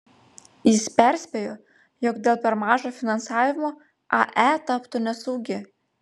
jis perspėjo jog dėl per mažo finansavimo ae taptų nesaugi